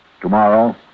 Tomorrow